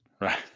Right